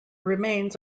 remains